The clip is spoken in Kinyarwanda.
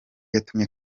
yatumye